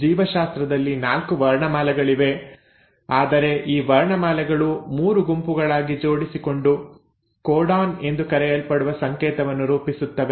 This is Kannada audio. ಜೀವಶಾಸ್ತ್ರದಲ್ಲಿ 4 ವರ್ಣಮಾಲೆಗಳಿವೆ ಆದರೆ ಈ ವರ್ಣಮಾಲೆಗಳು 3 ಗುಂಪುಗಳಾಗಿ ಜೋಡಿಸಿಕೊಂದು ಕೋಡಾನ್ ಎಂದು ಕರೆಯಲ್ಪಡುವ ಸಂಕೇತವನ್ನು ರೂಪಿಸುತ್ತವೆ